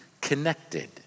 connected